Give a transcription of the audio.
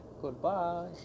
goodbye